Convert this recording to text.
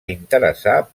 interessar